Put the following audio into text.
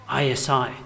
ISI